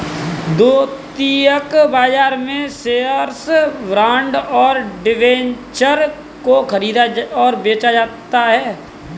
द्वितीयक बाजार में शेअर्स, बॉन्ड और डिबेंचर को ख़रीदा और बेचा जाता है